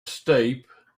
steep